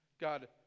God